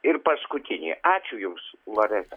ir paskutinė ačiū jums loreta